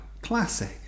Classic